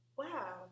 wow